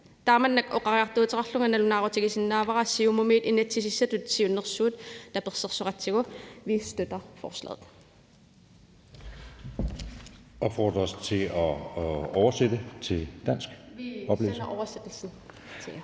IA støtter lovforslaget.